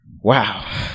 Wow